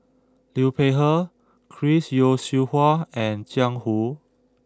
Liu Peihe Chris Yeo Siew Hua and Jiang Hu